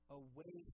away